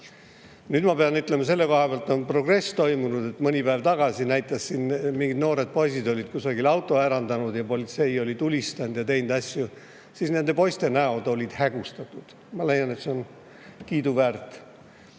Nüüd, ma pean ütlema, on selle koha pealt progress toimunud. Mõni päev tagasi näidati mingeid noori poisse, kes olid kusagilt auto ärandanud, ja politsei oli tulistanud ja teinud asju, aga nende poiste näod olid hägustatud. Ma leian, et see on kiiduväärt